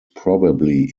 probably